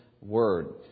word